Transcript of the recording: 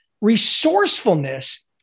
resourcefulness